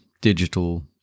digital